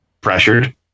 Pressured